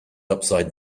upside